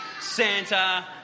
Santa